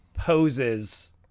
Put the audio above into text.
poses